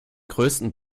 größten